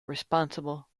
responsible